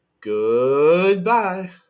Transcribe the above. Goodbye